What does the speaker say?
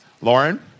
Lauren